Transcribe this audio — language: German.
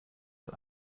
mal